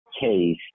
case